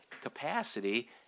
capacity